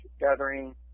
gathering